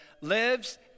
lives